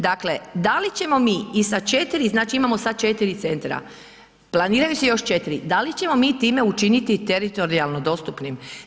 Dakle, da li ćemo mi i sa 4, znači imamo sad 4 centra, planirajući još 4, da li ćemo mi time učiniti teritorijalno dostupnim?